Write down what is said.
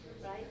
Right